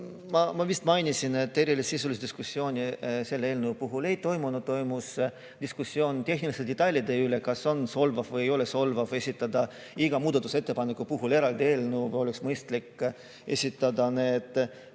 Ma vist mainisin, et erilist sisulist diskussiooni selle eelnõu puhul ei toimunud. Toimus diskussioon tehniliste detailide üle, et kas on solvav või ei ole solvav esitada iga muudatusettepaneku puhul eraldi eelnõu, kui oleks mõistlik esitada need